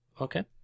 okay